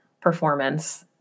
performance